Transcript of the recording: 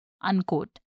unquote